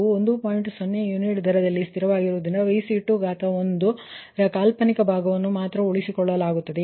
0 unit ದರದಲ್ಲಿ ಸ್ಥಿರವಾಗಿರುವುದರಿಂದ Vc21 ರ ಕಾಲ್ಪನಿಕ ಭಾಗವನ್ನು ಮಾತ್ರ ಉಳಿಸಿಕೊಳ್ಳಲಾಗುತ್ತದೆ